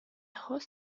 hosts